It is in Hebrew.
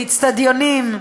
לאצטדיונים,